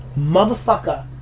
motherfucker